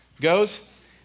goes